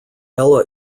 ella